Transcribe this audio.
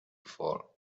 before